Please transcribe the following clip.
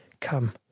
Come